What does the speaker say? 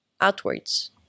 outwards